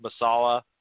Masala